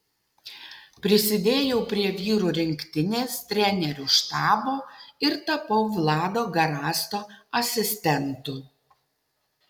prisidėjau prie vyrų rinktinės trenerių štabo ir tapau vlado garasto asistentu